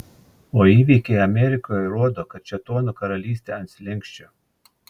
o įvykiai amerikoje rodo kad šėtono karalystė ant slenksčio